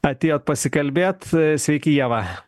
atėjot pasikalbėt sveiki ieva